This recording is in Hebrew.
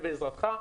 ובעזרתך,